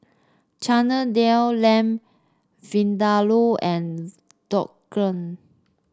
Chana Dal Lamb Vindaloo and Dhokla